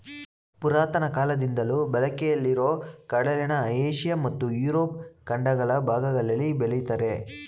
ಪುರಾತನ ಕಾಲದಿಂದಲೂ ಬಳಕೆಯಲ್ಲಿರೊ ಕಡಲೆನ ಏಷ್ಯ ಮತ್ತು ಯುರೋಪ್ ಖಂಡಗಳ ಭಾಗಗಳಲ್ಲಿ ಬೆಳಿತಾರೆ